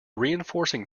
reinforcing